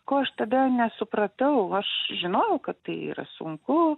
ko aš tada nesupratau aš žinojau kad tai yra sunku